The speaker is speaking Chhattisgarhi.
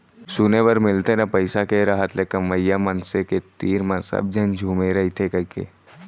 सुने बर मिलथे ना पइसा के रहत ले कमवइया मनसे के तीर म सब झन झुमे रइथें कइके